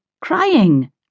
crying